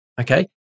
okay